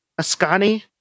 Ascani